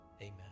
Amen